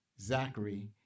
Zachary